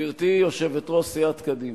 גברתי יושבת-ראש סיעת קדימה,